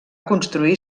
construir